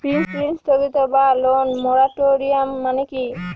ঋণ স্থগিত বা লোন মোরাটোরিয়াম মানে কি?